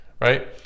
right